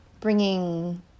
bringing